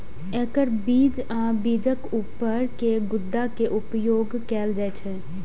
एकर बीज आ बीजक ऊपर के गुद्दा के उपयोग कैल जाइ छै